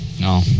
No